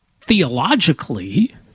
theologically